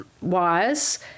wires